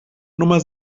nummer